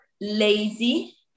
lazy